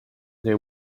they